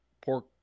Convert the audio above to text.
pork